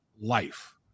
life